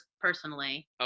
personally